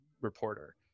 reporter